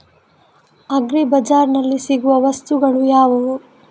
Agri ಬಜಾರ್ನಲ್ಲಿ ಸಿಗುವ ವಸ್ತುಗಳು ಯಾವುವು?